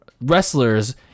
wrestlers